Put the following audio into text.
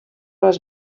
les